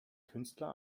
künstler